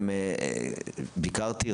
ביקרתי,